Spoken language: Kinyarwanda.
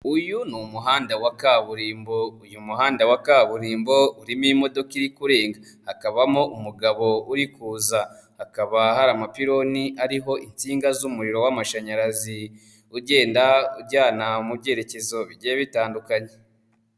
Uyu ni umuhanda wa kaburimbo. Uyu muhanda wa kaburimbo urimo imodoka iri kurenga, hakabamo umugabo uri kuza, hakaba hari amapiloni ariho imsinga z'umuriro w'amashanyarazi ugenda ujyana mu byerekezo bitandukanye.